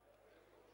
לברכה.